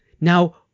now